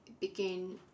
begin